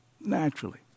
naturally